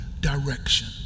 direction